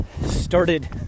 Started